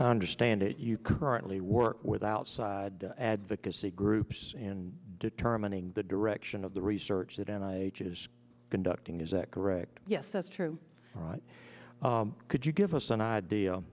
understand that you currently work with outside advocacy groups and determining the direction of the research that and i was conducting is that correct yes that's true but could you give us an idea